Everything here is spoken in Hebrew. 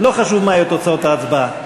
לא חשוב מה יהיו תוצאות ההצבעה.